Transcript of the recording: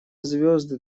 звезды